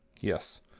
Yes